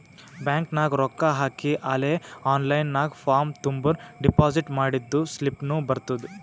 bank ನಾಗ್ ರೊಕ್ಕಾ ಹಾಕಿ ಅಲೇ ಆನ್ಲೈನ್ ನಾಗ್ ಫಾರ್ಮ್ ತುಂಬುರ್ ಡೆಪೋಸಿಟ್ ಮಾಡಿದ್ದು ಸ್ಲಿಪ್ನೂ ಬರ್ತುದ್